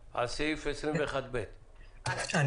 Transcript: הפרקטיקה שהייתה קיימת בעבר של לתת